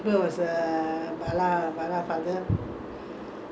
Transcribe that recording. school days was nice lah when I was studying time